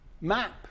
map